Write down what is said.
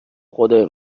خدای